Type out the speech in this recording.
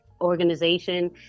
organization